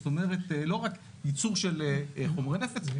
זאת אומרת לא רק ייצור של חומרי נפץ,